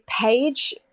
page